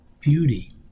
beauty